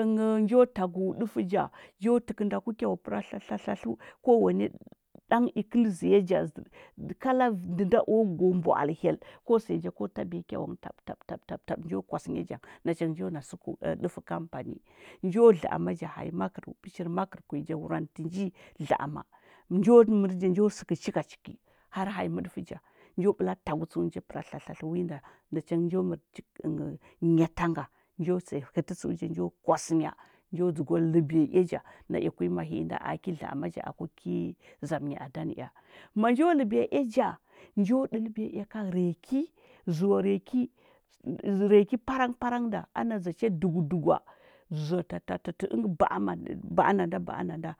ənghəu njo tahu ɗəfə ja njo təkənda ki kya pəratlat atləu kowane ɗan vaklisiya go mbwa’alə hye- kwa siya ja ko taɓiya kyawa nghə tabtab tab njo kwasənya ja nachangə njo na suku dəfə kanpani njo ɗa’ama ja hanyi makərəu pəshir makərkunyi ja wurandə tinji ala’ama njo mərə ja njo səkə cika aki har hamji mədasəkə cika aiki har hamyi maɗarja njo bəla tagu tsəu ja paratlatla tatla winda nachangə njo mərti ənghəu njo siya hətə tsəu njo kwasəmja njo ɗzzgwa ləɓiya ea ja, naea kuli mahii inda ki ɗla’ama ja a ku ki zamənya aɗamə ea manjo ləɓiya ea ja, njo dəlɓiya ea ka reki, zeaa reki, reki nɗa parang parang nda ana ɗzacha dugu ɗugwa zwatatatə əngha ɓa’a mani ɓa’a nanɗa ba’a nanɗa.